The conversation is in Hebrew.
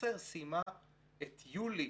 ישראייר סיימה את יולי